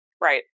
Right